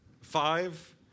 five